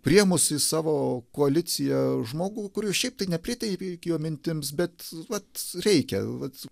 priėmus į savo koaliciją žmogų kuris šiaip tai nepriteiki jo mintims bet vat reikia vat